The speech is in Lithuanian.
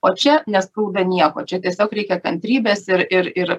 o čia neskauda nieko čia tiesiog reikia kantrybės ir ir ir